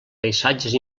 paisatges